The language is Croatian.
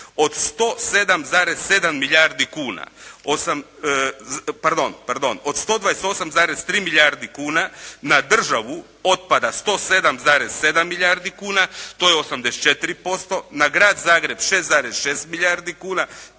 Od 107,7 milijardi kuna, pardon, pardon, od 128,3 milijardi kuna na državu otpada 107,7 milijardi kuna. To je 84%. Na Grad Zagreb 6,6 milijardi kuna,